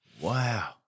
Wow